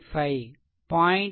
5 0